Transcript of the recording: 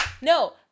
no